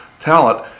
talent